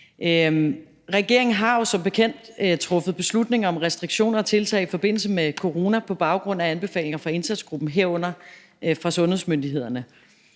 Regeringen har jo som bekendt truffet beslutning om restriktioner og tiltag i forbindelse med corona på baggrund af anbefalinger fra indsatsgruppen, herunder fra sundhedsmyndighederne.